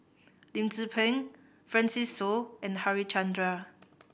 Lim Tze Peng Francis Seow and Harichandra